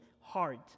heart